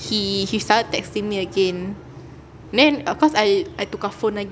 he he started texting me again then cause I I tukar phone lagi